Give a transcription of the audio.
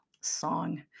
song